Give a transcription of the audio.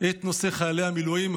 את נושא חיילי המילואים.